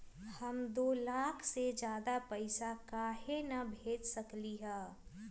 हम दो लाख से ज्यादा पैसा काहे न भेज सकली ह?